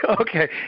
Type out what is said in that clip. Okay